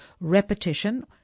repetition